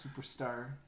superstar